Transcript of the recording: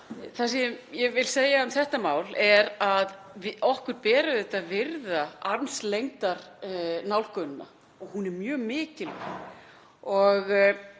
Það sem ég vil segja um þetta mál er að okkur ber auðvitað að virða armslengdarnálgunina og hún er mjög mikil.